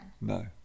No